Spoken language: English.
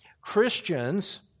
Christians